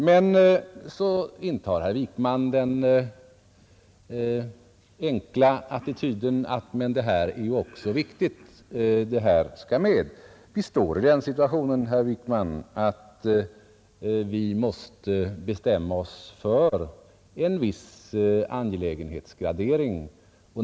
Men så intar herr Wijkman den enkla attityden: Men det här är också viktigt, det här skall med! Vi står i den situationen herr Wijkman, att vi måste bestämma oss för en viss angelägenhetsgradering.